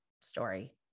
story